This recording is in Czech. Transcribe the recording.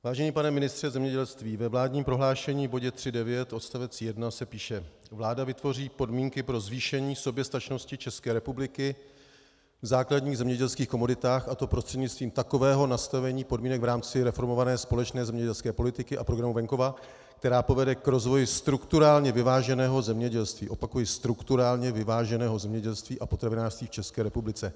Vážený pane ministře zemědělství, ve vládním prohlášení v bodě 3.9 odst. 1 se píše: Vláda vytvoří podmínky pro zvýšení soběstačnosti České republiky v základních zemědělských komoditách, a to prostřednictvím takového nastavení podmínek v rámci reformované společné zemědělské politiky a programu venkova, která povede k rozvoji strukturálně vyváženého zemědělství opakuji, strukturálně vyváženého zemědělství a potravinářství v České republice.